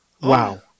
Wow